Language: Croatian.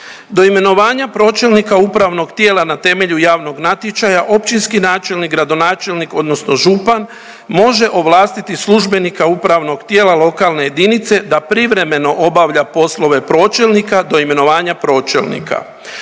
Do imenovanja pročelnika upravnog tijela na temelju javnog natječaja općinski načelnik, gradonačelnik odnosno župan može ovlastiti službenika upravnog tijela lokalne jedinice da privremeno obavlja poslove pročelnika do imenovanja pročelnika.